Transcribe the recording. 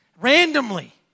randomly